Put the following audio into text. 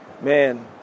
man